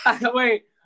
Wait